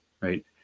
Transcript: right